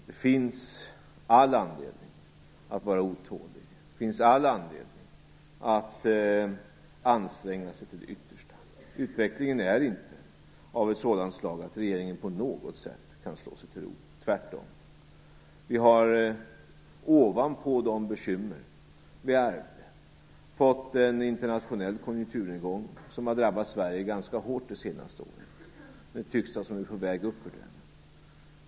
Det finns all anledning att vara otålig, och det finns all anledning att anstränga sig till det yttersta. Utvecklingen är inte av ett sådant slag att regeringen på något sätt kan slå sig till ro, tvärtom. Ovanpå de bekymmer som vi ärvde har vi fått en internationell konjunkturnedgång som har drabbat Sverige ganska hårt under det senaste året. Nu tycks det som om vi är på väg upp ur den.